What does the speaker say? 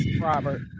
Robert